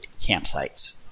campsites